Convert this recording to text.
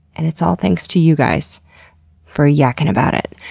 and it's all thanks to you guys for yackin' about it.